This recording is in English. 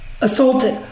assaulted